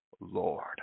Lord